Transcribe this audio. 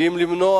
ואם כדי למנוע